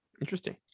Interesting